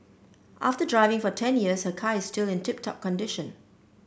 after driving for ten years her car is still in tip top condition